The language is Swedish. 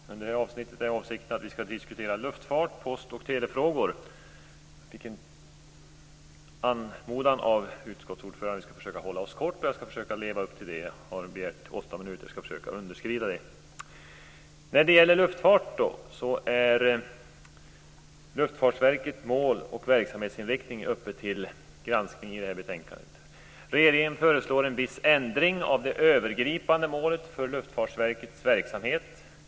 Fru talman! Under detta avsnitt är avsikten att vi skall diskutera luftfart, post och telefrågor. Vi fick en anmodan av utskottsordföranden om att vi skall försöka att fatta oss kort, och jag skall försöka att leva upp till det. När det gäller luftfart har Luftfartsverkets mål och verksamhetsinriktning tagits upp för granskning i det här betänkandet. Regeringen föreslår en viss ändring av det övergripande målet för Luftfartsverkets verksamhet.